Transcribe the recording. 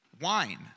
wine